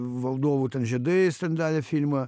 valdovų ten žiedai jis ten darė filmą